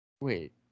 Wait